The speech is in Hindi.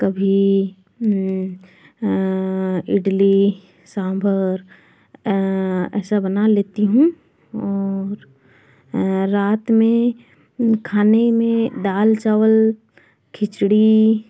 कभी इडली सांभर ऐसा बना लेती हूँ और रात में खाने में दाल चावल खिचड़ी